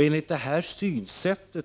Enligt detta synsätt